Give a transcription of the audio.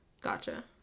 Gotcha